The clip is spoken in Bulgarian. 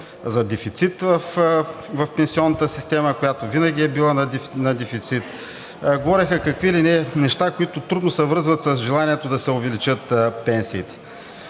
за дефицит в пенсионната система, която винаги е била на дефицит, говореха какви ли не неща, които трудно се връзват с желанието да се увеличат пенсиите.